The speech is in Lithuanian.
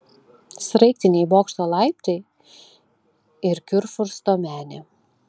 sraigtiniai bokšto laiptai ir kurfiursto menė